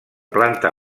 planta